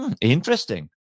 interesting